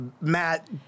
Matt